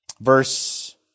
Verse